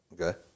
Okay